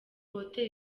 hotel